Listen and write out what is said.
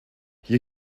hier